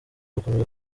gukomeza